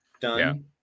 done